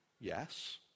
yes